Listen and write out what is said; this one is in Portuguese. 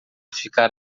ficar